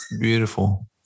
beautiful